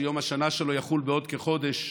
שיום השנה שלו יחול בעוד כחודש,